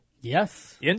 Yes